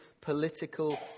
political